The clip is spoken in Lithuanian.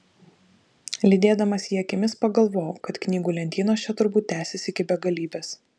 lydėdamas jį akimis pagalvojau kad knygų lentynos čia turbūt tęsiasi iki begalybės